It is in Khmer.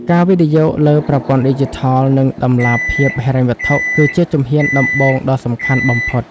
ការវិនិយោគលើ "ប្រព័ន្ធឌីជីថល និងតម្លាភាពហិរញ្ញវត្ថុ" គឺជាជំហានដំបូងដ៏សំខាន់បំផុត។